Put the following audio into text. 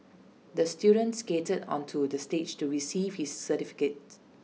the student skated onto the stage to receive his certificate